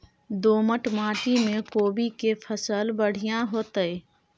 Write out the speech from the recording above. दोमट माटी में कोबी के फसल बढ़ीया होतय?